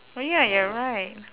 oh ya you're right